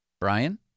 Brian